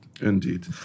Indeed